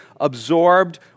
absorbed